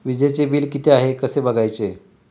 वीजचे बिल किती आहे कसे बघायचे?